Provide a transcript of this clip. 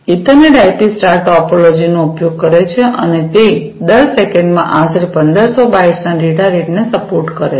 ethernet IP star ટોપોલોજીનો ઉપયોગ કરે છે અને તે દર સેકન્ડમાં આશરે 1500 બાઇટ્સના ડેટા રેટને સપોર્ટ કરે છે